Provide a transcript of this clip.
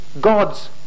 god's